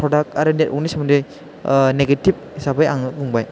प्रडाक आरो नेटवर्कनि सोमोन्दै नेगेथिभ हिसाबै आङो बुंबाय